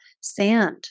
sand